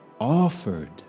offered